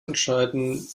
entscheiden